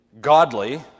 godly